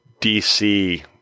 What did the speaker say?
DC